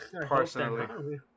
personally